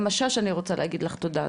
גם משש אני רוצה להגיד לך תודה.